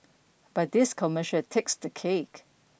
but this commercial takes the cake